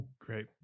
Great